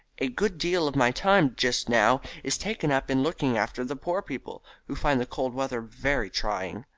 a good deal of my time just now is taken up in looking after the poor people, who find the cold weather very trying.